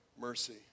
mercy